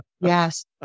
Yes